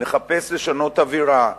נחפש לשנות אווירה,